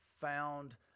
found